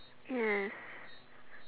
yes